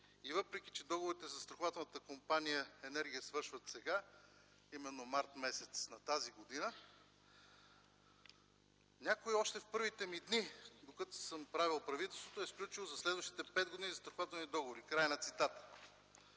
и, въпреки че договорите на Застрахователна компания „Енергия” свършват сега, именно м. март т.г., някой още в първите ми дни, докато съм правил правителството, е сключил за следващите пет години застрахователни договори” – край на цитата.